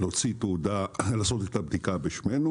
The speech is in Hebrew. לעשות את הבדיקה בשמנו.